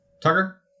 Tucker